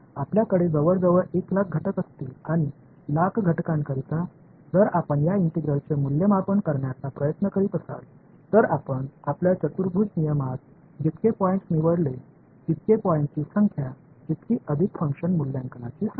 आपल्याकडे जवळजवळ एक लाख घटक असतील आणि लाख घटकांकरिता जर आपण या इंटिग्रलचे मूल्यमापन करण्याचा प्रयत्न करीत असाल तर आपण आपल्या चतुर्भुज नियमात जितके पॉईंट्स निवडले तितके पॉईंट्सची संख्या जितकी अधिक फंक्शन मूल्यांकनाची संख्या